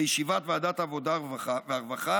בישיבת ועדת העבודה והרווחה,